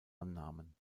annahmen